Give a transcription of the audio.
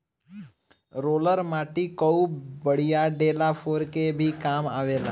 roller माटी कअ बड़ियार ढेला फोरे के भी काम आवेला